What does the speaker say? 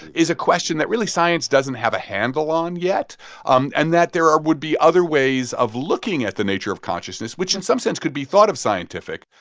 is a question that really science doesn't have a handle on yet um and that there would be other ways of looking at the nature of consciousness, which in some sense could be thought of scientific.